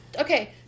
okay